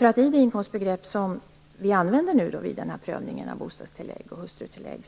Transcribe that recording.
I det inkomstbegrepp som används vid prövningen av bostadstillägg och hustrutillägg